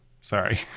sorry